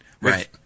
Right